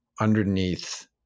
underneath